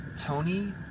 Tony